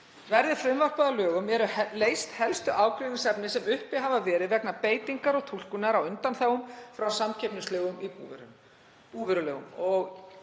Verði frumvarpið að lögum eru leyst helstu ágreiningsefni sem uppi hafa verið vegna beitingar og túlkunar á undanþágum frá samkeppnislögum í búvörulögum.